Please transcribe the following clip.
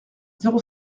zéro